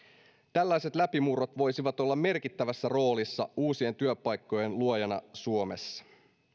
tällaiset läpimurrot voisivat olla merkittävässä roolissa uusien työpaikkojen luojina suomessa